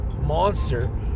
monster